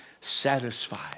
satisfied